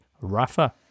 Rafa